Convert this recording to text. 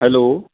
hello